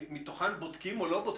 שמתוכן בודקים או לא בודקים,